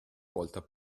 volta